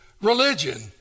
Religion